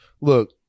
look